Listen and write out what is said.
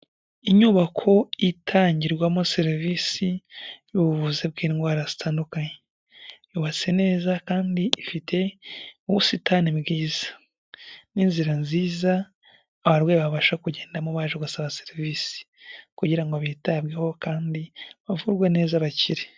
Inyubako itangirwamo serivisi y'ubuvuzi bw'indwara zitandukanye, yubatse neza kandi ifite ubusitani bwiza n'inzira nziza abarwayi babasha kugenda mo baje gusaba serivisi, kugira ngo bitabweho kandi bavurwe neza bakire.